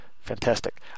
Fantastic